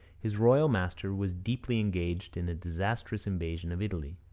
his royal master was deeply engaged in a disastrous invasion of italy,